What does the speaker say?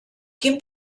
quin